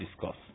discuss